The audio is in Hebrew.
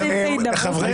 אנחנו עשרה שבועות להידבר.